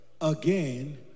again